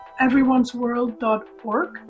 everyonesworld.org